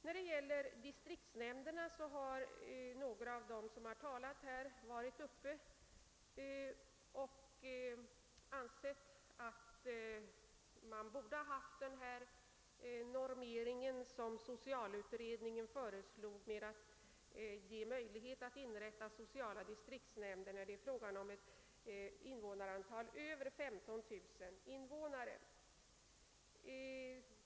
Några av talarna i dag har ansett att vi bör ha den normering som socialutredningen föreslog för möjligheten att inrätta sociala distriktsnämnder — ett invånarantal av över 15000 personer.